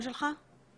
בבקשה.